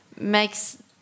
makes